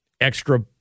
extra